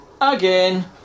Again